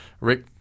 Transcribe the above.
Rick